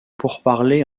pourparlers